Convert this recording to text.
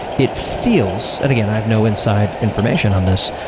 it feels again, i have no inside information on this,